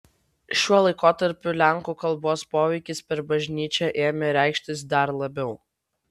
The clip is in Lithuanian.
šiuo laikotarpiu lenkų kalbos poveikis per bažnyčią ėmė reikštis dar labiau